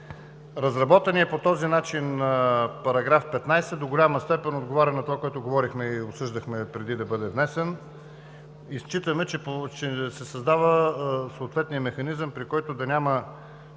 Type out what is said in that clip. Разработеният по този начин § 15 до голяма степен отговаря на това, което говорихме и обсъждахме преди да бъде внесен, и считаме, че се създава съответният механизъм, при който да няма